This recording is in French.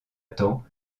temps